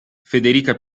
federica